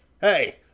Hey